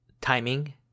timing